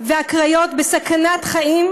והקריות בסכנת חיים.